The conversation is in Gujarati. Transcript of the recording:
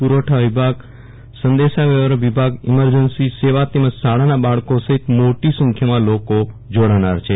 પુરવઠા વિભાગ સંદેશાવ્યવહાર વિભાગઈમરજન્સી સેવા તેમજ શાળાનાં બાળકો સહીત મોટી સંખ્યામાં લોકો જોડાનાર છે